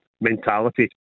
mentality